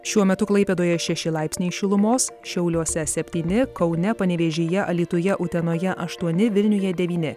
šiuo metu klaipėdoje šeši laipsniai šilumos šiauliuose septyni kaune panevėžyje alytuje utenoje aštuoni vilniuje devyni